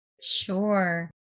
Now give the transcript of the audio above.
Sure